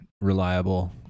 reliable